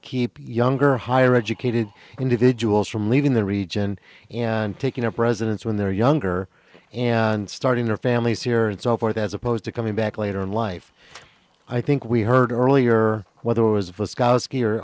keep younger higher educated individuals from leaving the region and taking up residence when they're younger and starting their families here and so forth as opposed to coming back later in life i think we heard earlier whether it was